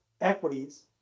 equities